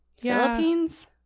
philippines